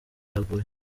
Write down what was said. yaguye